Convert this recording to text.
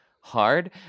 hard